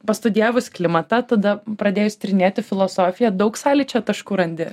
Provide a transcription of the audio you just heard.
pastudijavus klimatą tada pradėjus tyrinėti filosofiją daug sąlyčio taškų randi